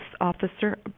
Officer